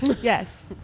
Yes